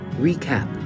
recap